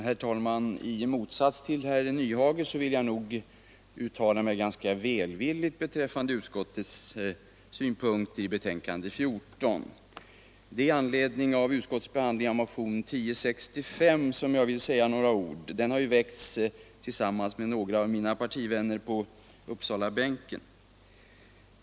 Herr talman! I motsats till herr Nyhage vill jag uttala mig ganska välvilligt beträffande utskottets synpunkter i betänkande nr 14. Jag vill säga några ord i anledning av utskottets behandling av motionen 1065, som jag har väckt tillsammans med några av mina partivänner från Uppsalabänken.